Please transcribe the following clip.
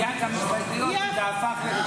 היו גם הסתייגויות וזה הפך לרשות דיבור.